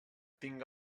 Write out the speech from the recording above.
tinga